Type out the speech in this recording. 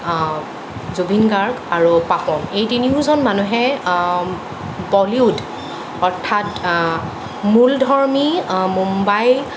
জুবিন গাৰ্গ আৰু পাপন এই তিনিওজন মানুহে বলিউড অৰ্থাৎ মূলধৰ্মী মুম্বাই